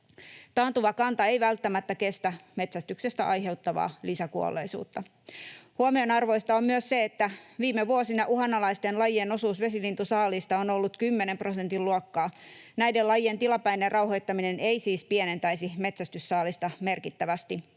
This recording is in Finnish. Taantuva kanta ei välttämättä kestä metsästyksestä aiheutuvaa lisäkuolleisuutta. Huomionarvoista on myös se, että viime vuosina uhanalaisten lajien osuus vesilintusaaliista on ollut 10 prosentin luokkaa. Näiden lajien tilapäinen rauhoittaminen ei siis pienentäisi metsästyssaalista merkittävästi,